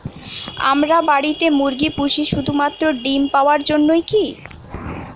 আমরা বাড়িতে মুরগি পুষি শুধু মাত্র ডিম পাওয়ার জন্যই কী?